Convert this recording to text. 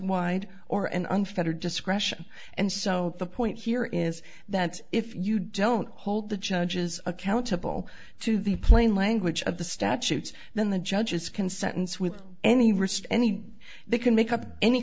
unfettered discretion and so the point here is that if you don't hold the judges accountable to the plain language of the statutes then the judges can sentence with any risk any they can make up any